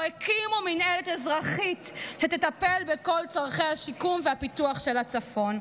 לא הקימו מינהלת אזרחית שתטפל בכל צורכי השיקום והפיתוח של הצפון.